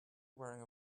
wearing